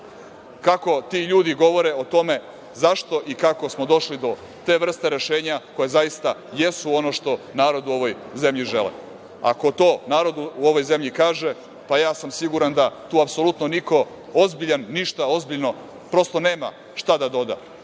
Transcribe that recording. kako ti ljudi govore o tome zašto i kako smo došli do te vrste rešenja koja zaista jesu ono što narod u ovoj zemlji žele. Ako to narod u ovoj zemlji kaže, ja sam siguran da tu apsolutno niko ozbiljan ništa ozbiljno, prosto, nema šta da